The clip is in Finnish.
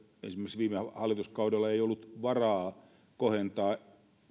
esimerkiksi viime hallituskaudella ei ollut varaa kohentaa